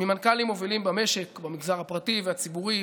ממנכ"לים מובילים במשק במגזר הפרטי והציבורי,